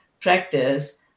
practice